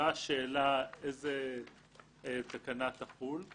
עולה השאלה איזה תקנה תחול.